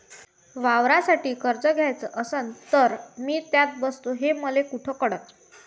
वावरासाठी कर्ज घ्याचं असन तर मी त्यात बसतो हे मले कुठ कळन?